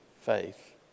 faith